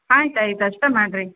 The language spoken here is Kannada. ಆಯ್ತು ಆಯ್ತು ಅಷ್ಟೇ ಮಾಡಿರಿ